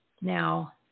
now